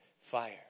fire